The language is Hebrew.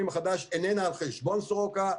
החדש איננה על חשבון סורוקה.